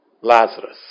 Lazarus